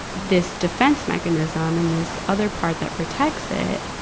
this defense mechanism and this other part that protects it.